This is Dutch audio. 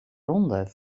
ronde